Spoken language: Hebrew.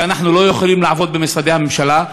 ואז אנחנו לא יכולים לעבוד במשרדי הממשלה,